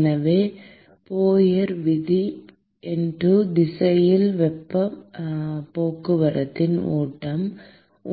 எனவே ஃபோரியர் விதி x திசையில் வெப்பப் போக்குவரத்தின் ஓட்டம்